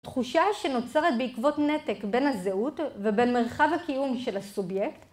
תחושה שנוצרת בעקבות נתק בין הזהות ובין מרחב הקיום של הסובייקט